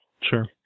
Sure